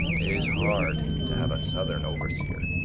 it is hard to have a southern overseer